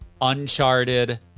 uncharted